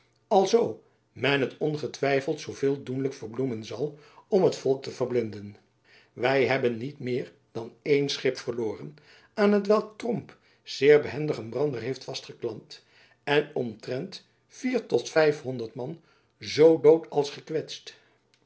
men t ongetwijfeld zoo veel doenlijk verbloemen zal om t volk te verblinden wy hebben niet meer dan één schip verloren aan t welk tromp zeer behendig een brander heeft vastgeklampt en omtrent vier tot vijfhonderd man zoo dood als